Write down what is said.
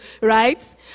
right